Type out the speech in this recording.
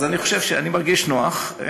אז אני מרגיש נוח.